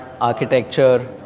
architecture